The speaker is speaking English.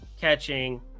catching